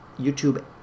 YouTube